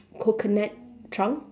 coconut trunk